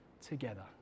together